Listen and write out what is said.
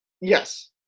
Yes